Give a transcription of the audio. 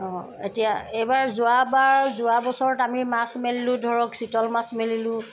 অঁ এতিয়া এইবাৰ যোৱাবাৰ যোৱাবছৰত আমি মাছ মেলিলোঁ ধৰক চিতল মাছ মেলিলোঁ